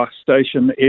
station